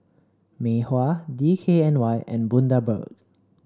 Mei Hua D K N Y and Bundaberg